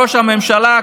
ראש הממשלה,